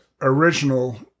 original